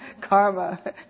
karma